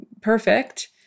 perfect